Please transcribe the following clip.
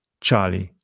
Charlie